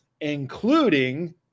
including